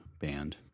band